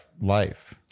life